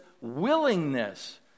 willingness